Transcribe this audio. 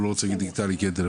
הדיגיטלי.